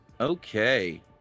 okay